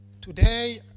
Today